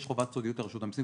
יש חובת סודיות לרשות המסים,